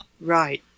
Right